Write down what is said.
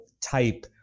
type